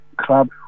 club